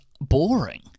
boring